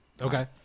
Okay